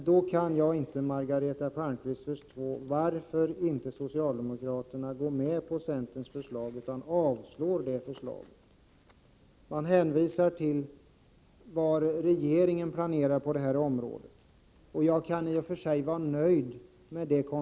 Då kan jag inte, Margareta Palmqvist, förstå varför inte socialdemokraterna går med på centerns förslag utan avstyrker det förslaget. Man hänvisar till vad regeringen planerar på detta område. Jag kan i och för sig vara nöjd med detta.